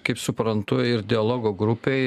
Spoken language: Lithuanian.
kaip kaip suprantu ir dialogo grupei